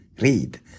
read